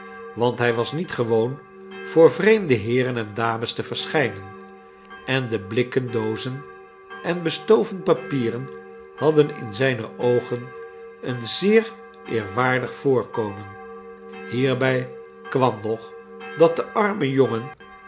want hij was niet gewoon voor vreemde heeren en dames te verschijnen en de blikken doozen en bestoven papieren hadden in zijne oogen een zeer eerwaardig voorkomen hierbij kwam nog dat de arme jongen